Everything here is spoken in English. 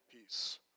peace